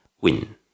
win